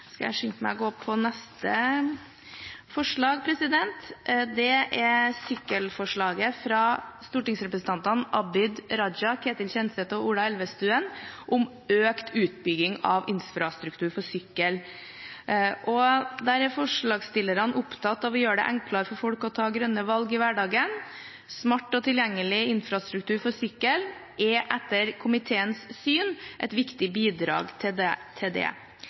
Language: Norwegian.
skal skje med kollektivtrafikk, sykkel og gange. Dette har Stortinget sluttet seg til for å redusere klimagassutslippene i transportsektoren og sørge for mer effektiv areal- og transportbruk. Venstre er opptatt av å gjøre det enklere for folk å ta grønne valg i hverdagen. Smart og tilgjengelig infrastruktur for sykkel er et viktig bidrag til dette. Det